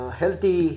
healthy